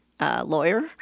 lawyer